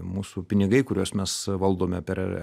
mūsų pinigai kuriuos mes valdome per